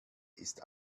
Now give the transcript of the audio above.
ist